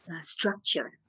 structure